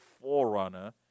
forerunner